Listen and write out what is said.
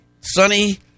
sunny